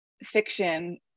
fiction